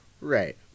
Right